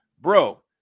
Bro